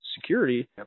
security